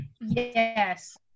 Yes